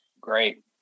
Great